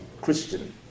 Christian